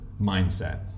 mindset